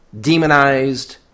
demonized